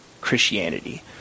Christianity